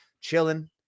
chilling